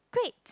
great